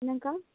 என்னங்கக்கா